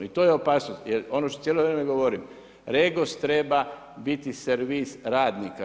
I to je opasnost, ono što cijelo vrijeme govorim, REGOS treba biti servis radnika.